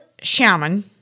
shaman